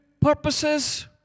purposes